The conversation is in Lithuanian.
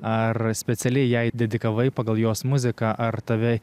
ar specialiai jai dedikavai pagal jos muziką ar tave